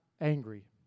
angry